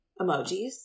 Emojis